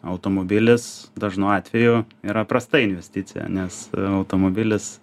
automobilis dažnu atveju yra prasta investicija nes automobilis